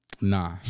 Nah